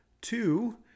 Two